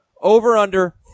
over-under